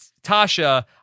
Tasha